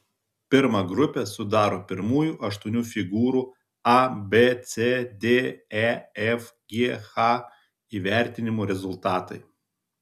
pirmą grupę sudaro pirmųjų aštuonių figūrų a b c d e f g h įvertinimų rezultatai